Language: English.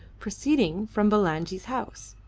proceeding from bulangi's house.